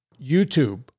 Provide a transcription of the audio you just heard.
YouTube